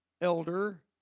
Elder